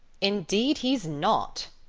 indeed he's not,